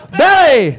belly